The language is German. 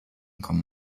kommen